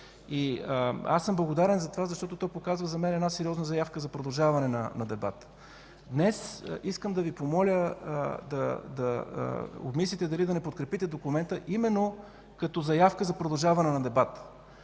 Аз съм благодарен за това, защото за мен то показва сериозна заявка за продължаване на дебата. Днес искам да Ви помоля да обмислите дали да не подкрепите документа именно като заявка за продължаване на дебата.